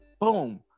boom